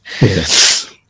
Yes